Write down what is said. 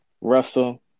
Russell